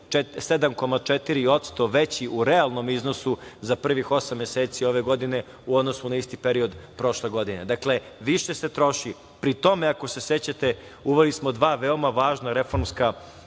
7,4% veći u realnom iznosu za prvih osam meseci ove godine u odnosu na isti period prošle godine. Više se troši, a pri tome ako se sećate uveli smo dva veoma važna reformske